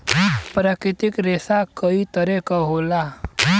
प्राकृतिक रेसा कई तरे क होला